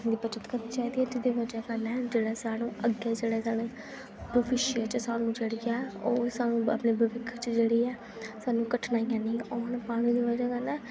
पानी दी बचत करनी चाहिदी ऐ क्योंकि जेह्ड़े साढ़े अग्गे जेह्ड़ा सानूं जेह्ड़ी ऐ सानूं अपनी बरखा च जेह्ड़ी सानूं कठनाइयां नेईं औन पानी दी वजह् कन्नै